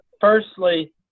Firstly